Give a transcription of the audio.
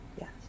yes